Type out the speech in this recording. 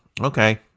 Okay